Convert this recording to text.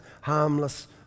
harmless